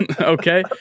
Okay